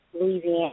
Louisiana